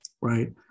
right